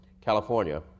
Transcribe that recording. California